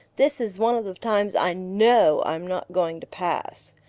this is one of the times i know i'm not going to pass.